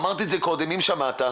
אמרתי את זה קודם אם שמעת,